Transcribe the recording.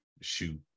shoot